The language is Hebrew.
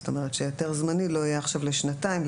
זאת אומרת, שהיתר זמני לא יהיה לשנתיים.